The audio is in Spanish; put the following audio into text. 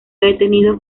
detenido